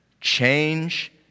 Change